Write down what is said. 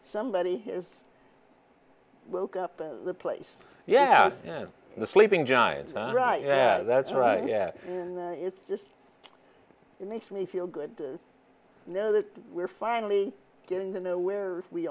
somebody is the place yeah yeah the sleeping giant right yeah that's right yeah it's just makes me feel good you know that we're finally getting to know where we